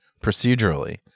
procedurally